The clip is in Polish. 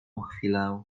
chwilę